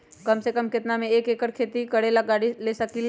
कम से कम केतना में हम एक खेती करेला गाड़ी ले सकींले?